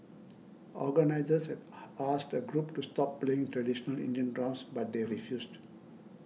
organisers had asked a group to stop playing traditional Indian drums but they refused